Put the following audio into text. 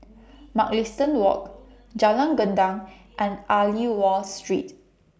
Mugliston Walk Jalan Gendang and Aliwal Street